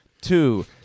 Two